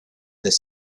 this